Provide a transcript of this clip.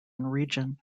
region